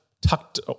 tucked